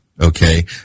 okay